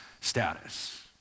status